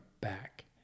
back